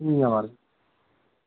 ठीक ऐ महाराज